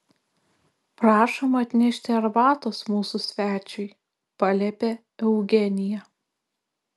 prašom atnešti arbatos mūsų svečiui paliepė eugenija